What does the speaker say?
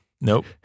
Nope